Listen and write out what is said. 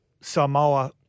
Samoa